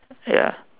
ya